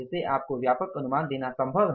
इससे आपको व्यापक अनुमान देना संभव है